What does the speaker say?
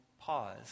pause